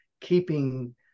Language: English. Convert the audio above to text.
keeping